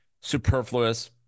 superfluous